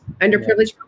underprivileged